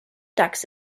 ducks